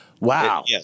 Wow